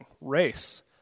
Race